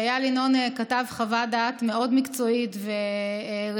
ואיל ינון כתב חוות דעת מאוד מקצועית ורצינית